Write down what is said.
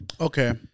Okay